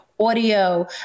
audio